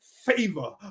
favor